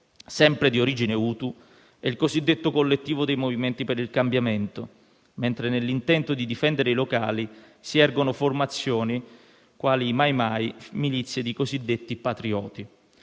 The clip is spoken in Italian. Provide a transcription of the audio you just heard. Sempre di origine Hutu è il cosiddetto collettivo dei movimenti per il cambiamento, mentre nell'intento di difendere i locali si ergono formazioni quali i Mai-Mai, milizie di cosiddetti patrioti.